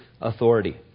authority